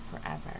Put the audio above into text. forever